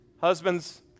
Husbands